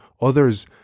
others